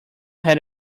had